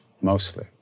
mostly